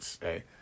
hey